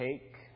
Take